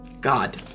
God